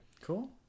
Cool